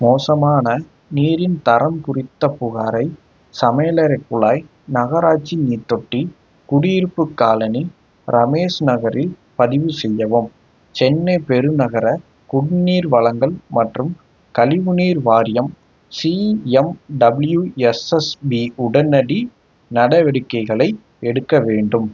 மோசமான நீரின் தரம் குறித்த புகாரை சமையலறைக் குழாய் நகராட்சி நீர்த் தொட்டி குடியிருப்புக் காலனி ரமேஷ் நகரில் பதிவு செய்யவும் சென்னை பெருநகர குடிநீர் வழங்கல் மற்றும் கழிவு நீர் வாரியம் C M W S S B உடனடி நடவடிக்கைகளை எடுக்க வேண்டும்